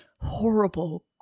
horrible